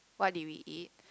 what did we eat